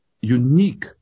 unique